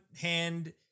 hand